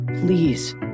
Please